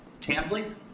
Tansley